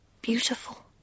beautiful